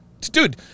Dude